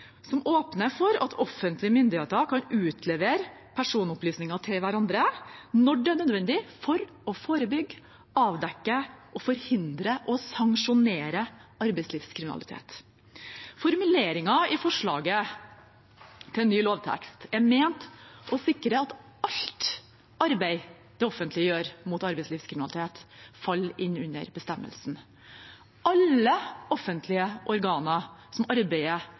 som åpner for at offentlige myndigheter kan utlevere personopplysninger til hverandre når det er nødvendig for å forebygge, avdekke, forhindre eller sanksjonere arbeidslivskriminalitet. Formuleringen i forslaget til ny lovtekst er ment å sikre at alt arbeid det offentlige gjør mot arbeidslivskriminalitet, faller inn under bestemmelsen. Alle offentlige organer som arbeider